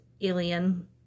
alien